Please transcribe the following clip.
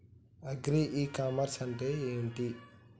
Agri e commerce అంటే ఏంటిది?